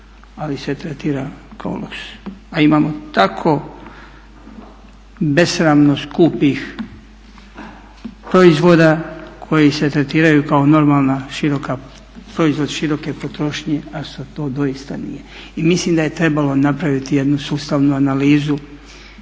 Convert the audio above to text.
ali se tretira kao luksuz. A imamo tako besramno skupih proizvoda koji se tretiraju kao normalan proizvod široke potrošnje a to doista nije. I mislim da je trebalo napraviti jednu sustavnu analizu